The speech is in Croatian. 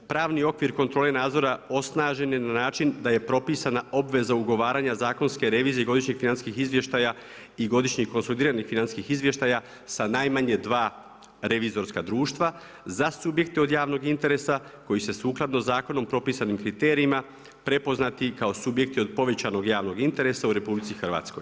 Pravni okvir kontrole nadzora osnažen je na način da je propisana obveza ugovaranja zakonske revizije godišnjih financijskih izvještaja i godišnjih konsolidiranih financijskih izvještaja sa najmanje dva revizorska društva za subjekte od javnog interesa koji se sukladno zakonu propisanim kriterijima prepoznati kao subjekti od povećanog javnog interesa u RH.